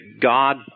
God